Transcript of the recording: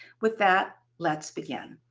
with that, let's begin.